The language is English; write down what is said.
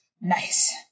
Nice